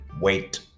wait